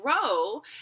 grow